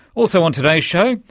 also on today's show,